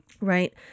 right